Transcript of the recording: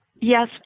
Yes